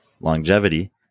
longevity